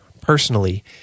personally